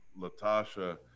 Latasha